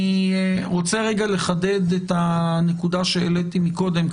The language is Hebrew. אני רוצה רגע לחדד את הנקודה שהעליתי מקודם.